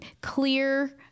clear